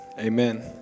Amen